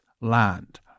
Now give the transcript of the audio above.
land